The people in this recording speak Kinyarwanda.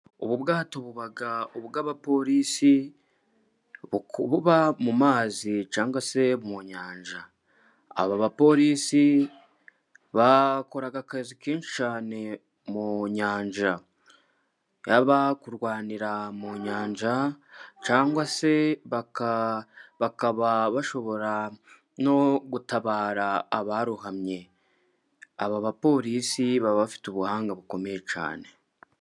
Ubu bwato buba ubw'abaporisi buba mu mazi cyangwa se mu nyanja. Aba baporisi bakora akazi kenshi cyane mu nyanja, yaba kurwanira mu nyanja, cyangwa se bakaba bashobora no gutabara abarohamye. Aba baporisi baba bafite ubuhanga bukomeye cyane.